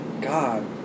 God